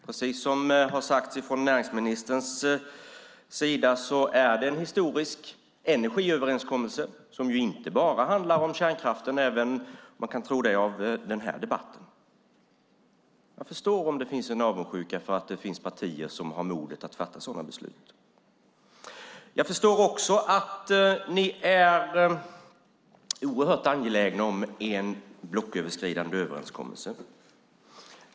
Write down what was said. Precis som har sagts från näringsministerns sida är det en historisk energiöverenskommelse som inte bara handlar om kärnkraften, även om man kan tro det av den här debatten. Jag förstår om det finns en avundsjuka för att det finns partier som har modet att fatta sådana beslut. Jag förstår också att ni är oerhört angelägna om en blocköverskridande överenskommelse.